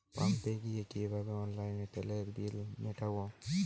পাম্পে গিয়ে কিভাবে অনলাইনে তেলের বিল মিটাব?